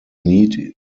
need